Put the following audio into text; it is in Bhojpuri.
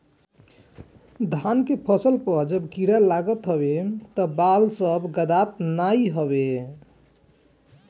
धान के फसल पअ जब कीड़ा लागत हवे तअ बाल सब गदात नाइ हवे